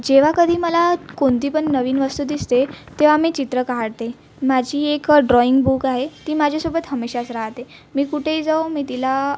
जेव्हा कधी मला कोणती पण नवीन वस्तू दिसते तेव्हा मी चित्र काढते माझी एक ड्रॉईंग बुक आहे ती माझ्यासोबत हमेशास राहते मी कुठेही जाऊ मी तिला